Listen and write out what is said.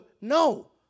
No